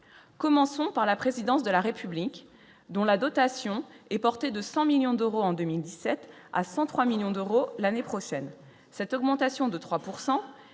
commençons par la présidence de la République dont la dotation est porté de 100 millions d'euros en 2017 à 103 millions d'euros l'année prochaine, cette augmentation de 3